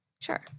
Sure